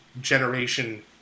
generation